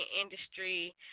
industry